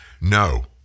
No